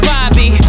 Bobby